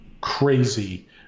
crazy